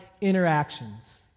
interactions